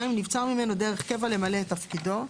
(2) נבצר ממנו דרך קבע למלא את תפקידו,